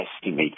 estimate